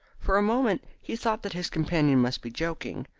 for a moment he thought that his companion must be joking,